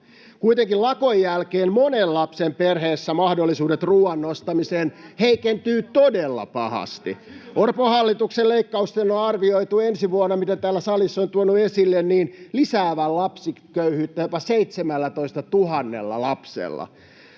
Kuitenkin lakon jälkeen monen lapsen perheessä mahdollisuudet ruuan ostamiseen heikentyvät todella pahasti. Orpon hallituksen leikkausten on arvioitu ensi vuonna, mitä täällä salissa olen tuonut esille, lisäävän lapsiköyhyyttä jopa 17 000 lapsella.